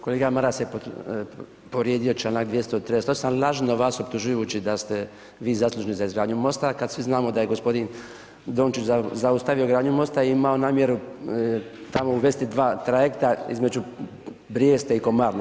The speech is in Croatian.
Kolega Maras je povrijedio članak 238. ali lažno vas optužujući da ste vi zaslužni za izgradnju mosta, kada svi znamo da je gospodin Dončić zaustavio gradnju mosta i imao namjeru tamo uvesti 2 trajekta između Brijesta i Konavle.